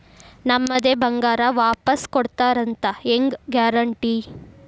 ನಮ್ಮದೇ ಬಂಗಾರ ವಾಪಸ್ ಕೊಡ್ತಾರಂತ ಹೆಂಗ್ ಗ್ಯಾರಂಟಿ?